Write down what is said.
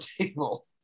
table